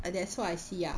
and that's what I see ya